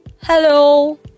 Hello